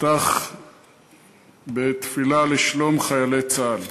אפתח בתפילה לשלום חיילי צה"ל.